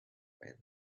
when